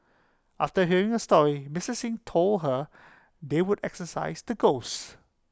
after hearing her story Mister Xing told her they would exorcise the ghosts